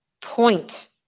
point